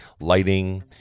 lighting